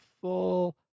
full